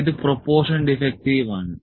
ഇത് proportion defective ആണ്